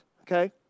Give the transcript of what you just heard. okay